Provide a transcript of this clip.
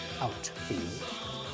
Outfield